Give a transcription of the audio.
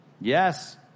Yes